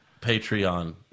Patreon